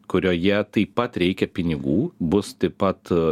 kurioje taip pat reikia pinigų bus taip pat